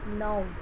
نو